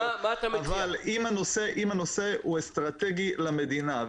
אם הנושא הוא אסטרטגי למדינה,